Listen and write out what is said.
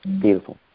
beautiful